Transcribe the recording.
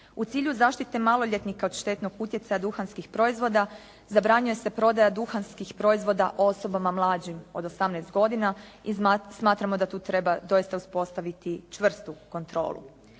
U cilju zaštite maloljetnika od štetnog utjecaja duhanskih proizvoda zabranjuje se prodaja duhanskih proizvoda osobama mlađim od 18 godina i smatramo da tu treba doista uspostaviti čvrstu kontrolu.